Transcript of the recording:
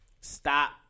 Stop